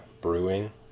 brewing